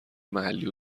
محلی